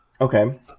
Okay